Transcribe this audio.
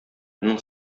моның